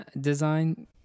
design